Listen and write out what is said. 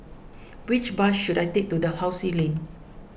which bus should I take to Dalhousie Lane